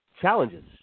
challenges